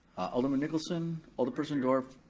alderman nicholson, alderperson dorff,